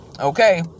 okay